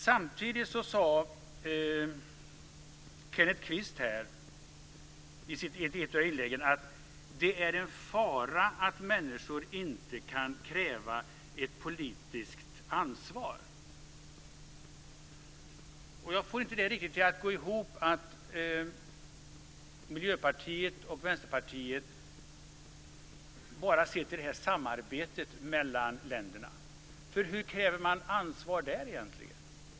Samtidigt sade Kenneth Kvist i ett av sina inlägg att en fara är att människor inte kan kräva ett politiskt ansvar. Jag får det inte riktigt att gå ihop med att Miljöpartiet och Vänsterpartiet bara ser till samarbetet mellan länderna. Hur kräver man ansvar där egentligen?